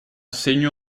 segno